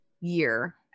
year